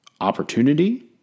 opportunity